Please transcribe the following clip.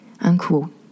Unquote